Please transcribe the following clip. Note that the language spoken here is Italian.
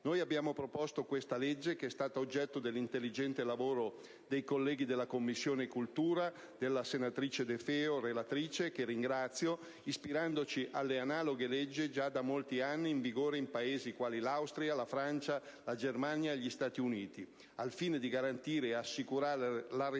Abbiamo proposto questo provvedimento (che è stato oggetto dell'intelligente lavoro dei colleghi della 7a Commissione e della relatrice, senatrice De Feo, che ringrazio) ispirandoci alle analoghe leggi già da molti anni in vigore in Paesi quali l'Austria, la Francia, la Germania e gli Stati Uniti, al fine di garantire e assicurare la restituzione